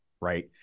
right